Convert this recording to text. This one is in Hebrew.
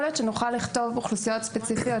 להיות שנוכל לכתוב אוכלוסיות ספציפיות,